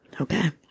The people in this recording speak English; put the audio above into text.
Okay